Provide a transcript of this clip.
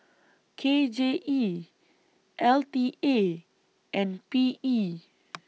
K J E L T A and P E